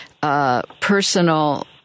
personal